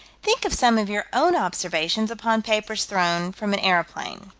think of some of your own observations upon papers thrown from an aeroplane.